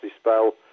spell